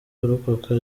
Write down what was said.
kurokoka